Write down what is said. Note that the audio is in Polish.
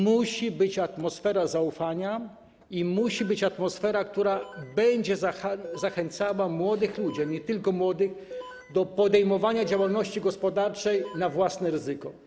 Musi być atmosfera zaufania i musi być atmosfera, która będzie zachęcała młodych ludzi, ale nie tylko młodych, do podejmowania działalności gospodarczej na własne ryzyko.